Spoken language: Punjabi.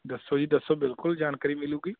ਦੱਸੋ ਜੀ ਦੱਸੋ ਬਿਲਕੁਲ ਜਾਣਕਾਰੀ ਮਿਲੂਗੀ